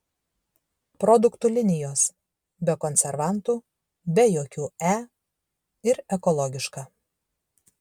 produktų linijos be konservantų be jokių e ir ekologiška